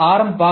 சில ஆர்